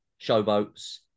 showboats